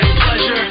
pleasure